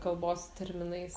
kalbos terminais